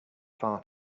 far